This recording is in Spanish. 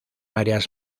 áreas